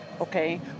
okay